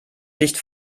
nicht